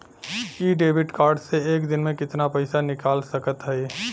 इ debit card से एक दिन मे कितना पैसा निकाल सकत हई?